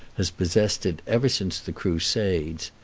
has possessed it ever since the crusades.